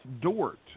Dort